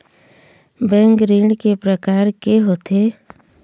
Bank ऋण के प्रकार के होथे?